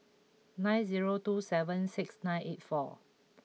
nine zero two seven six nine eight four